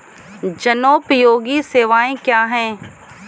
जनोपयोगी सेवाएँ क्या हैं?